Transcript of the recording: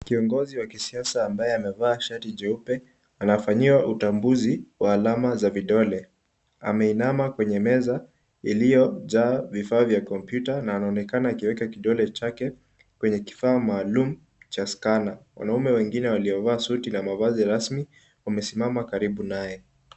Kiongozi wa kisiasa ambaye amevaa shati jeupe, anafanyiwa utambuzi wa alama za vidole. Ameinama kwenye meza iliyojaa vifaa vya kompyuta na anaonekana akiweka kidole chake kwenye kifaa maalum cha scanner . Wanaume wengine waliovaa suti na mavazi rasmi wamesimama karibu naye.